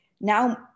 now